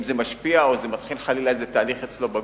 אם זה משפיע או מתחיל חלילה איזה תהליך אצלו בגוף.